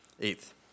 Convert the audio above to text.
Eighth